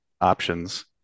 options